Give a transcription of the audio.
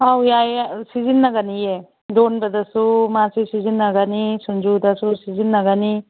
ꯑꯥꯎ ꯌꯥꯏꯌꯦ ꯁꯤꯖꯤꯟꯅꯒꯅꯤꯌꯦ ꯏꯔꯣꯟꯕꯗꯁꯨ ꯃꯥꯁꯤ ꯁꯤꯖꯤꯟꯅꯒꯅꯤ ꯁꯤꯡꯖꯨꯗꯁꯨ ꯁꯤꯖꯤꯟꯅꯒꯅꯤ